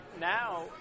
now